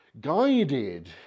guided